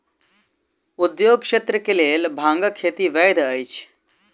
उद्योगक क्षेत्र के लेल भांगक खेती वैध अछि